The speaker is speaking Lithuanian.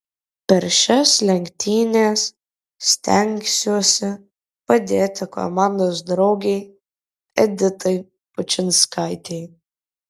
per šias lenktynes stengsiuosi padėti komandos draugei editai pučinskaitei